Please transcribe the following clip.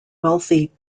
wealthy